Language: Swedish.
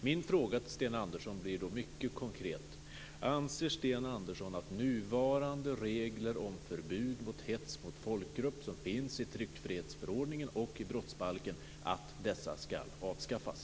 Min fråga till Sten Andersson blir då mycket konkret: Anser Sten Andersson att de nuvarande regler om förbud mot hets mot folkgrupp som finns i tryckfrihetsförordningen och i brottsbalken skall avskaffas?